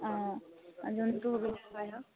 অঁ যোনটো সুবিধা হয় আৰু